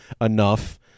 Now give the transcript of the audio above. enough